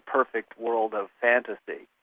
perfect world of fantasy.